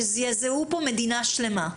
שזעזעו כאן מדינה שלמה.